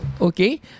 okay